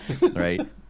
right